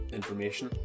information